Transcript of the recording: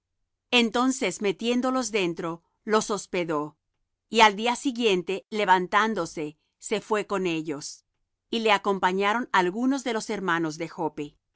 entonces metiéndolos dentro los hospedó y al día siguiente levantándose se fué con ellos y le acompañaron algunos de los hermanos de joppe